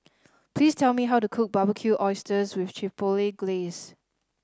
please tell me how to cook Barbecued Oysters with Chipotle Glaze